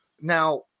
Now